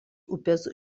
upės